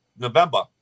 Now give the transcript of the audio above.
November